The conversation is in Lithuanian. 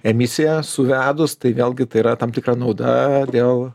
emisiją suvedus tai vėlgi tai yra tam tikra nauda dėl c o